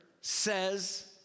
says